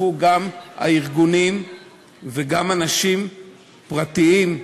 גם ארגונים וגם אנשים פרטיים,